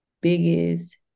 biggest